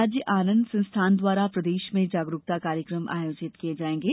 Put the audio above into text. राज्य आनंद संस्थान द्वारा प्रदेश में जागरूकता कार्यक्रम आयोजित किये जायेंगे